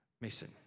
mason